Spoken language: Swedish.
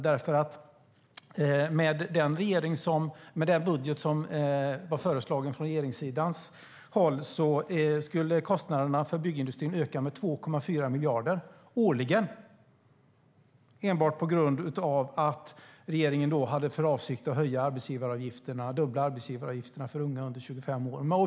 Med den budget som föreslogs från regeringssidan skulle kostnaderna för byggindustrin nämligen öka med 2,4 miljarder årligen, enbart på grund av att regeringen hade för avsikt att dubbla arbetsgivaravgifterna för unga under 25 år.